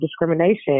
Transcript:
discrimination